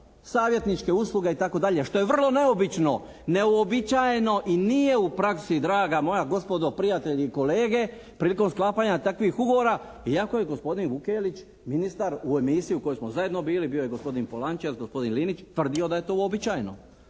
savjetničke usluge itd. što je vrlo neobično, neuobičajeno i nije u praksu draga moga gospodo, prijatelji i kolege, prilikom sklapanja takvih ugovora, iako je gospodin Vukelić, ministar u emisiji u kojoj smo zajedno bili bio je gospodin Polančec, gospodin Linić tvrdio da je to uobičajeno.